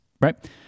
right